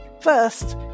First